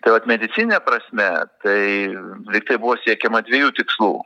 tai vat medicinine prasme tai lygtai buvo siekiama dviejų tikslų